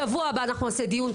שבוע הבא אנחנו נעשה דיון,